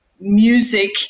music